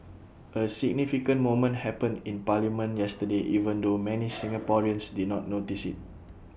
A significant moment happened in parliament yesterday even though many Singaporeans did not notice IT